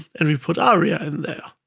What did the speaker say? and we put aria in there.